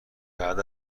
بعد